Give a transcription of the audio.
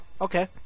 okay